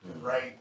right